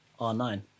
R9